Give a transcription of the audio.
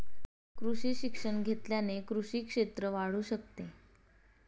कृषी शिक्षण घेतल्याने कृषी क्षेत्र वाढू शकते